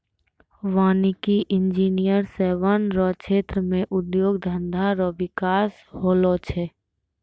वानिकी इंजीनियर से वन रो क्षेत्र मे उद्योग धंधा रो बिकास होलो छै